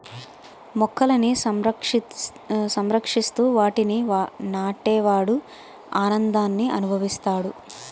మొక్కలని సంరక్షిస్తూ వాటిని నాటే వాడు ఆనందాన్ని అనుభవిస్తాడు